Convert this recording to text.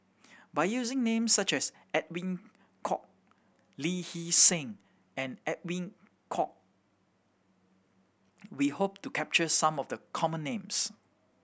by using names such as Edwin Koek Lee Hee Seng and Edwin Koek we hope to capture some of the common names